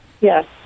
Yes